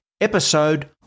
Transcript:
episode